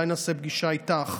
אולי נעשה פגישה איתך,